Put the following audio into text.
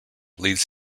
leads